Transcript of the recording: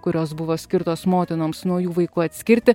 kurios buvo skirtos motinoms nuo jų vaikų atskirti